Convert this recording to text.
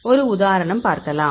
ஒரு உதாரணம் பார்க்கலாம்